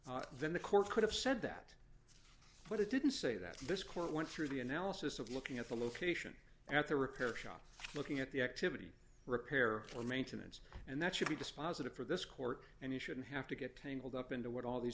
then the court could have said that but it didn't say that this court went through the analysis of looking at the location at the repair shop looking at the activity repair and maintenance and that should be dispositive for this court and he shouldn't have to get tangled up into what all these